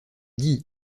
dit